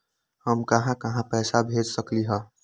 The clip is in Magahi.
हम कहां कहां पैसा भेज सकली ह?